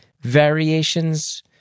variations